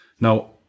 Now